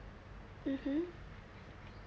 mmhmm